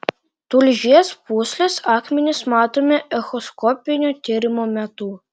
tulžies pūslės akmenys matomi echoskopinio tyrimo metu